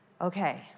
Okay